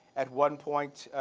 at one point,